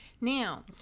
Now